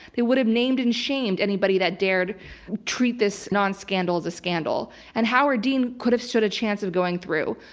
they would have named and shamed anybody that dared treat this non-scandal as a scandal. and howard dean could have stood a chance of going through.